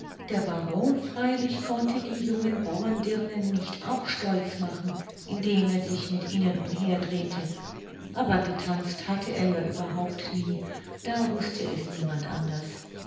der baron freilich konnte die jungen bauerdirnen nicht auch stolz machen indem er sich mit ihnen umherdrehte aber getanzt hatte er ja überhaupt nie da wußte es niemand anders